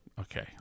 Okay